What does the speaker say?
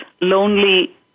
lonely